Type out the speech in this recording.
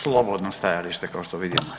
Slobodno stajalište kao što vidim.